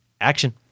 action